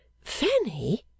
Fanny